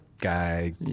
guy